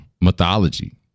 mythology